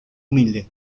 humilde